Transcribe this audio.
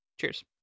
Cheers